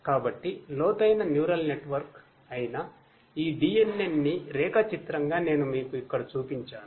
కాబట్టి లోతైన neural network అయిన ఈ DNN ని రేఖాచిత్రంగా నేను మీకు ఇక్కడ చూపించాను